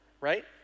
right